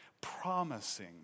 promising